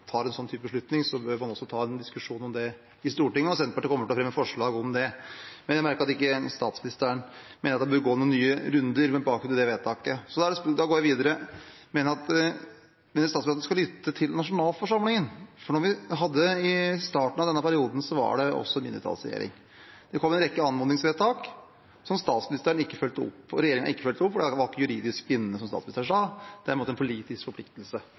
tar en sånn beslutning, bør man også ta en diskusjon om det i Stortinget. Senterpartiet kommer til å fremme forslag om det. Men jeg merket meg at statsministeren ikke mener at man bør gå noen nye runder om akkurat det vedtaket – så da går jeg videre. Jeg mener at statsministeren skal lytte til nasjonalforsamlingen. I starten av denne perioden hadde man også en mindretallsregjering. Det kom en rekke anmodningsvedtak som statsministeren ikke fulgte opp, som regjeringen ikke fulgte opp, for det var ikke juridisk bindende, som statsministeren sa. Det er på en måte en politisk forpliktelse.